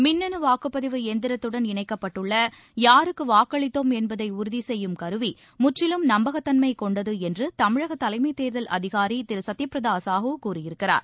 மின்னணு வாக்குப்பதிவு இயந்திரத்துடன் இணைக்கப்பட்டுள்ள யாருக்கு வாக்களித்தோம் என்பதை உறுதிசெய்யும் கருவி முற்றிலும் நம்பகத்தன்மை கொண்டது என்று தமிழக தலைமை தேர்தல் அதிகாரி திரு சத்யபிரதா சாஹூ கூறியிருக்கிறார்